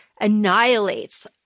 annihilates